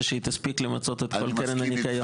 שהיא תספיק למצות את כל קרן הניקיון.